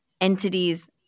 entities